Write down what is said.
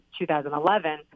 2011